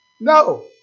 No